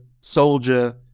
soldier